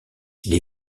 les